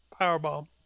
Powerbomb